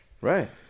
Right